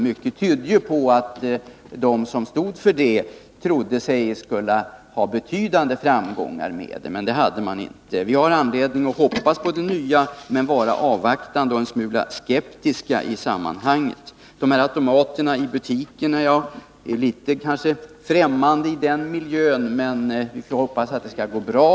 Mycket tydde på att de som stod för systemet trodde att man skulle ha betydande framgångar med det. Men det hade man inte. Vi har anledning att hoppas på det nya systemet, men bör vara avvaktande och en smula skeptiska. Automaterna i butikerna är kanske litet främmande i den miljön, men jag hoppas att det skall gå bra.